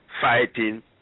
fighting